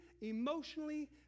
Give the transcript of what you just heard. emotionally